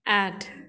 आठ